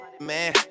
man